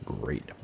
Great